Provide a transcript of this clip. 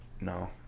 No